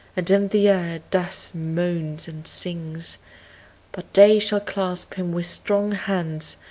and in the air death moans and sings but day shall clasp him with strong hands,